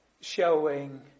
showing